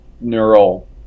neural